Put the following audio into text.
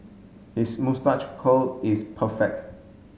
his moustache curl is perfect